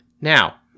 Now